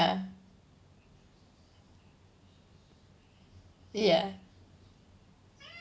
ya